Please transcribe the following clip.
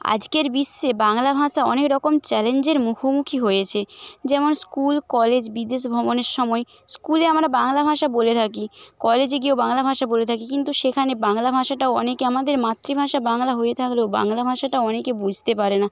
আজকের বিশ্বে বাংলা ভাষা অনেক রকম চ্যালেঞ্জের মুখোমুখি হয়েছে যেমন স্কুল কলেজ বিদেশ ভ্রমণের সময় স্কুলে আমরা বাংলা ভাষা বলে থাকি কলেজে গিয়েও বাংলা ভাষা বলে থাকি কিন্তু সেখানে বাংলা ভাষাটাও অনেকে আমাদের মাতৃভাষা বাংলা হয়ে থাকলেও বাংলা ভাষাটা অনেকে বুঝতে পারে না